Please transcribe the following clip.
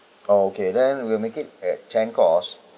oh okay then we'll make it at ten course